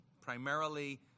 primarily